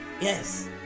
Yes